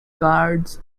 guards